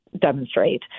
demonstrate